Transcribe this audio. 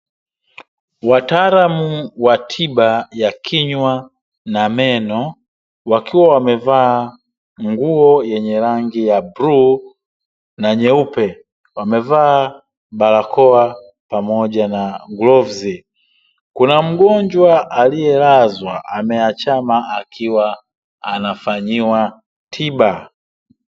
Wataalamu wa tiba ya kinywa na meno, wakiwa wamevaa nguo yenye rangi ya bluu na nyeupe, wamevaa barakoa pamoja na glovu. Kuna mgongwa aliyelazwa ameachama akiwa anafanyiwa tiba.